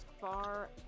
far